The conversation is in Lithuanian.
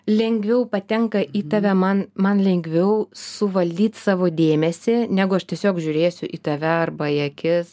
lengviau patenka į tave man man lengviau suvaldyt savo dėmesį negu aš tiesiog žiūrėsiu į tave arba į akis